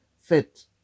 fit